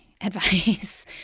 advice